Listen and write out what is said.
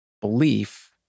belief